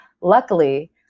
luckily